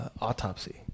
autopsy